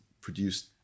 produced